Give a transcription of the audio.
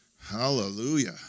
Hallelujah